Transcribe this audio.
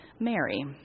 Mary